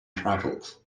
travels